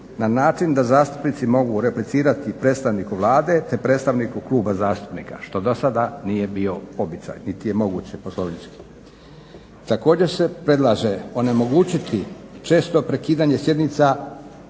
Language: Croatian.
na način da zastupnici mogu replicirati predstavniku Vlade, te predstavniku kluba zastupnika što do sada nije bio običaj niti je moguće poslovnički. Također se predlaže onemogućiti često prekidanje sjednica